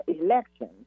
election